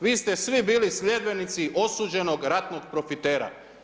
Vi ste svi bili sljedbenici osuđenog ratnog profitera.